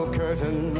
curtain